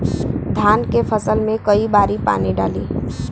धान के फसल मे कई बारी पानी डाली?